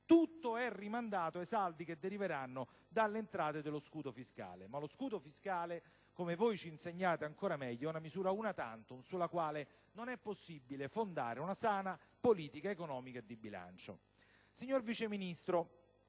tutto è rimandato ai saldi che deriveranno dalle entrate dello scudo fiscale, che però - come ci insegnate - è una misura *una* *tantum*, sulla quale non è possibile fondare una sana politica economica e di bilancio.